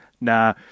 Nah